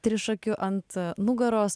trišakiu ant nugaros